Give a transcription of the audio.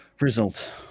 result